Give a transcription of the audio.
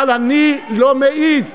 אבל אני לא מעז,